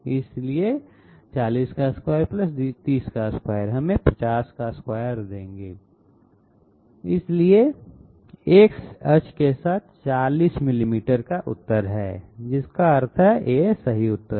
इसलिए कि 402 302 हमें 502 देंगे इसलिए X अक्ष के साथ 40 मिलीमीटर का उतर है जिसका अर्थ है A सही उतर है